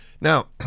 Now